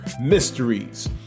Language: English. Mysteries